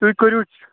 تُہۍ کٔرِو